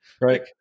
Right